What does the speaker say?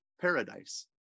paradise